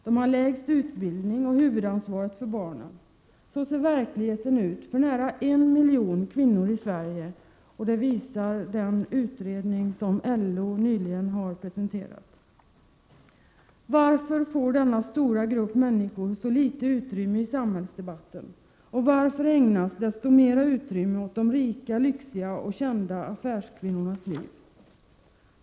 De har lägst utbildning och huvudansvaret för barnen. Så ser verkligheten ut för nära en miljon kvinnor i Sverige. Det visar en utredning som LO nyligen har presenterat. Varför får denna stora grupp människor så litet utrymme i samhällsdebatten? Och varför ägnas desto mera utrymme åt de rika, lyxiga och kända affärskvinnornas liv?